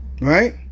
Right